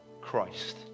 Christ